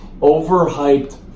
overhyped